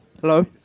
Hello